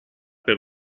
per